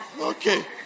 Okay